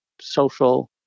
social